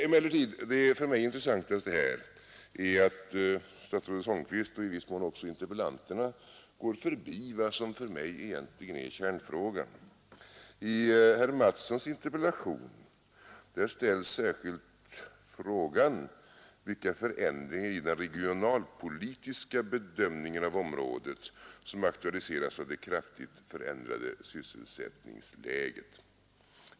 Emellertid är det för mig intressantaste här att statsrådet Holmqvist och i viss mån också interpellanterna går förbi vad som för mig egentligen förändringar i den regionalpolitiska bedömningen av området som aktualiseras av det kraftigt förändrade sysselsättningsläget.